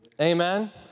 Amen